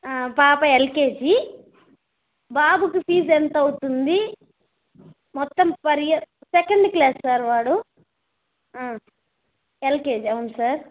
పాప ఎల్కేజీ బాబుకి ఫీజు ఎంత అవుతుంది మొత్తం per year second class sir వాడు ఎల్కేజీ అవును సార్